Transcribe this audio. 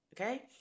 Okay